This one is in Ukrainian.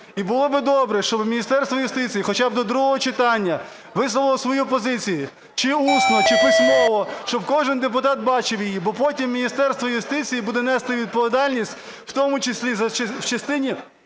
І було би добре, щоби Міністерство юстиції хоча б до другого читання висловило свою позицію чи усно, чи письмово, щоб кожен депутат бачив її, бо потім Міністерство юстиції буде нести відповідальність, в тому числі в частині